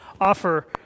offer